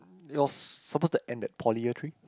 it was supposed to end at poly year three